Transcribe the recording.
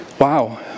Wow